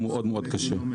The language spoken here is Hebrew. הוא מאוד מאוד קשה.